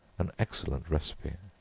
an excellent recipe.